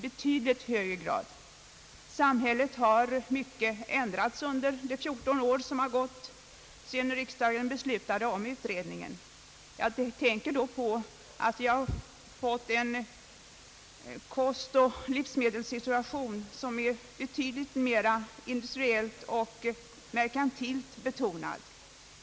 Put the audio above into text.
Samhället har ändrats mycket under de 14 år som har gått sedan riksdagen beslöt om utredning. Jag tänker då på att vi har fått en kostoch livsmedelssituation, som är betydligt mer industriellt och merkantilt betonad.